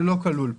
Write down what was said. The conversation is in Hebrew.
זה לא כלול פה.